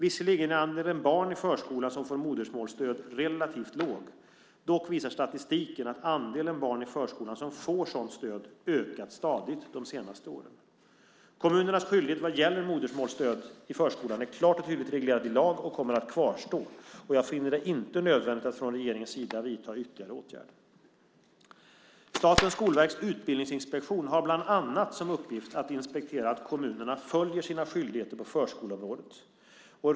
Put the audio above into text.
Visserligen är andelen barn i förskolan som får modersmålsstöd relativt låg, dock visar statistiken att andelen barn i förskolan som får sådant stöd ökat stadigt under de senaste åren. Kommunernas skyldighet vad gäller modersmålsstöd i förskolan är klart och tydligt reglerad i dag och kommer att kvarstå. Jag finner det inte nödvändigt att från regeringens sida nu vidta några ytterligare åtgärder. Statens skolverks utbildningsinspektion har bland annat som uppgift att inspektera att kommunerna följer sina skyldigheter på förskoleområdet.